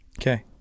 Okay